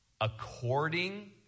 according